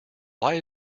why